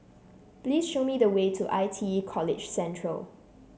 please show me the way to I T E College Central